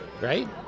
Right